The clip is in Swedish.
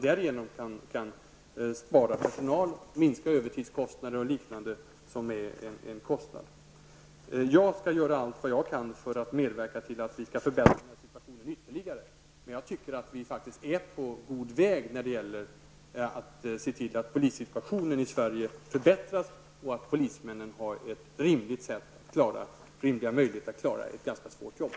Därigenom kan man spara personal, minska övertidskostnader och liknande. Jag skall göra allt vad jag kan för att medverka till att vi skall förbättra situationen ytterligare, men jag tycker att vi faktiskt är på god väg när det gäller att se till att polissituationen i Sverige förbättras och att polismännen har rimliga möjligheter att klara ett ganska svårt jobb.